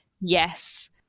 Yes